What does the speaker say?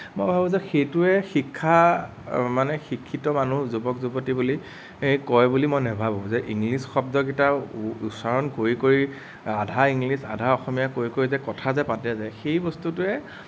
মই ভাবোঁ যে সেইটোৱেই শিক্ষা মানে শিক্ষিত মানুহ যুৱক যুৱতী বুলি কয় বুলি মই নাভাবোঁ যে ইংলিছ শব্দ কেইটা উচ্চাৰণ কৰি কৰি আধা ইংলিছ আধা অসমীয়া কৈ কৈ যে কথা যে পাতে যে সেই বস্তুটোৱে